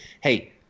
Hey